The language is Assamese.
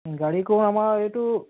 গাড়ীটো আমাৰ এইটো